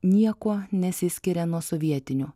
niekuo nesiskiria nuo sovietinio